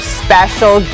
special